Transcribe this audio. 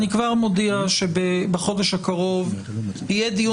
אני כבר מודיע שבחודש הקרוב יהיה דיון